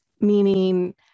meaning